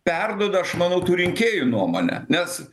perduoda aš manau tų rinkėjų nuomonę nes